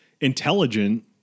intelligent